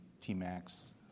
T-Max